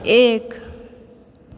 एक